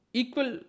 equal